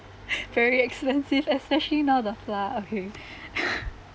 very expensive especially now the flour okay